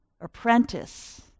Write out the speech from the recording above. Apprentice